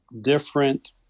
different